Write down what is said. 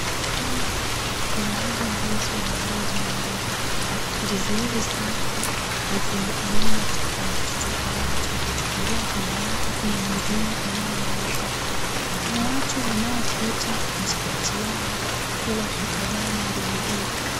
Mama anauza ndizi ambazo zimeiva. Ndizi hizi zake ni zenye aina tofauti tofauti. Pia kando yake kuna mwingine anayeuza. Kuna watu wanaopita katikati yao huku wakitazama ndizi hizi.